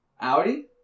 Audi